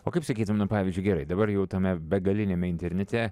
o kaip sakytum na pavyzdžiui gerai dabar jau tame begaliniame internete